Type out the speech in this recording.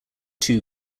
two